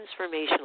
transformational